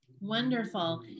Wonderful